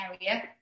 area